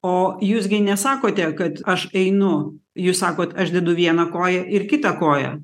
o jūs gi nesakote kad aš einu jūs sakot aš dedu vieną koją ir kitą koją